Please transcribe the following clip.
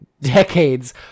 decades